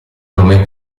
nome